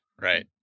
Right